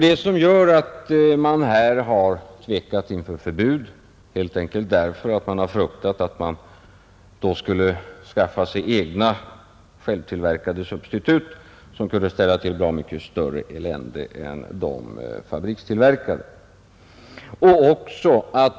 Detta gör att man har tvekat inför förbud, helt enkelt för att man fruktar att folk då skulle skaffa sig egna hemgjorda substitut som skulle ställa till bra mycket större elände än de fabrikstillverkade.